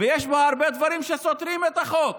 ויש בו הרבה דברים שסותרים את החוק